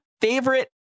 favorite